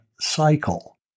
cycle